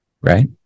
right